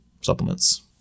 supplements